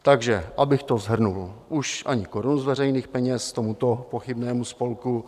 Takže abych to shrnul: už ani korunu z veřejných peněz tomuto pochybnému spolku.